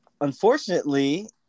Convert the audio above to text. unfortunately